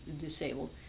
disabled